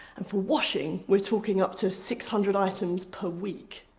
and, for washing, we're talking up to six hundred items per week.